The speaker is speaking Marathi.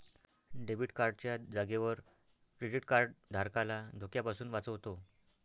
डेबिट कार्ड च्या जागेवर क्रेडीट कार्ड धारकाला धोक्यापासून वाचवतो